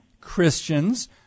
Christians